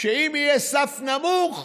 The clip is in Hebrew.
שאם יהיה סף נמוך,